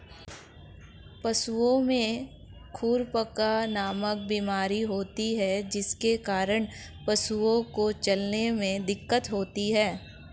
पशुओं में खुरपका नामक बीमारी होती है जिसके कारण पशुओं को चलने में दिक्कत होती है